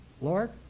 Lord